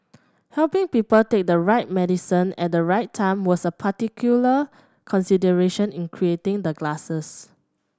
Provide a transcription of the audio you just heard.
helping people take the right medicine at the right time was a particular consideration in creating the glasses